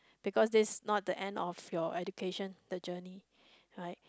because this not the end of your education the journey